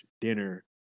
dinner